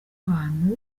abantu